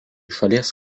šalies